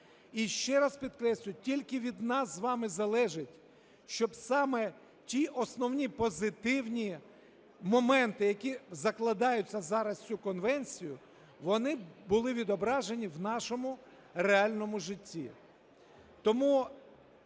І ще раз підкреслюю, тільки від нас з вами залежить, щоб саме ті основні позитивні моменти, які закладаються зараз в цю конвенцію, вони були відображені в нашому реальному житті.